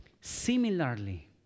Similarly